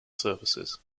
services